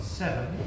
seven